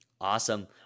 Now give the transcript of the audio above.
Awesome